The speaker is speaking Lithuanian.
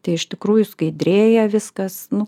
tai iš tikrųjų skaidrėja viskas nu